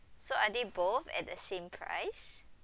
so are they both at the same price